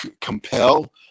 compel